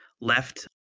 left